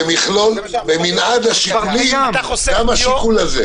במנעד השיקולים גם השיקול הזה.